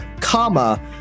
comma